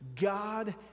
God